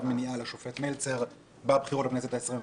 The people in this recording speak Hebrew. מניעה לשופט מלצר בבחירות לכנסת ה-21.